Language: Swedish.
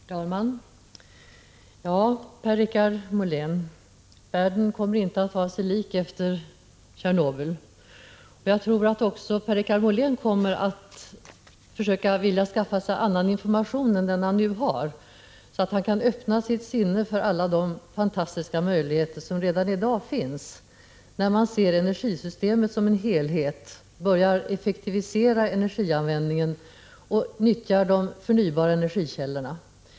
Herr talman! Ja, Per-Richard Molén, världen kommer inte att vara sig lik efter Tjernobyl. Jag tror att också Per-Richard Molén kommer att vilja försöka skaffa sig annan information än den han nu har så att han kan öppna sitt sinne för alla de fantastiska möjligheter som redan i dag finns när man ser energisystemet som en helhet, börjar effektivisera energianvändningen och nyttjar de förnybara energikällorna.